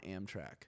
Amtrak